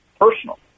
personal—